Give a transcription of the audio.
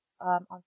on